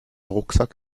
rucksack